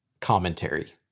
commentary